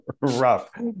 Rough